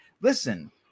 listen